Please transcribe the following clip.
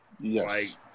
Yes